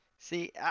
See